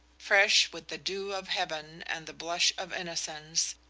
fresh with the dew of heaven and the blush of innocence,